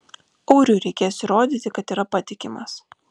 auriui reikės įrodyti kad yra patikimas